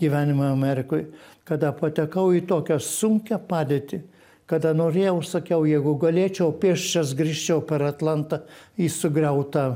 gyvenimo amerikoj kada patekau į tokią sunkią padėtį kada norėjau sakiau jeigu galėčiau pėsčias grįžčiau per atlantą į sugriautą